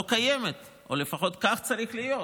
לא קיימת, או לפחות כך צריך להיות.